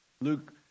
Luke